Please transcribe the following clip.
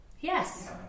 Yes